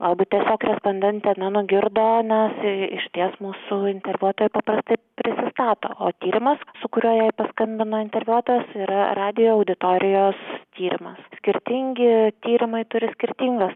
gal būt tiesiog respondentė nenugirdo nes išties mūsų interviuotojai paprastai prisistato o tyrimas su kuriuo jai paskambino interviuotojas yra radijo auditorijos tyrimas skirtingi tyrimai turi skirtingas